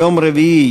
יום רביעי,